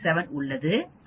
367 உள்ளது அதாவது 0